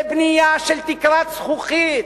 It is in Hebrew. זה בנייה של תקרת זכוכית,